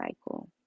cycle